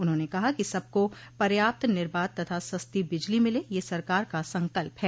उन्होंने कहा कि सबको पर्याप्त निर्बाध तथा सस्ती बिजली मिले यह सरकार का संकल्प है